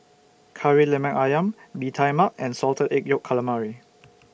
Kari Lemak Ayam Bee Tai Mak and Salted Egg Yolk Calamari